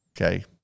Okay